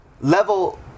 level